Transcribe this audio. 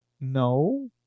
No